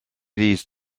these